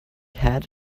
had